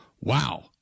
wow